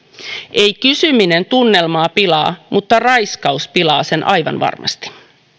ei kysyminen tunnelmaa pilaa mutta raiskaus pilaa sen aivan varmasti